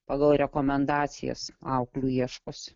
pagal rekomendacijas auklių ieškosi